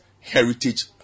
heritage